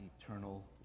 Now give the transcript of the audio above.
eternal